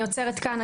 אני עוצרת כאן.